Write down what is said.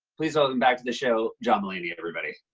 please welcome back to the show john mulaney, everybody.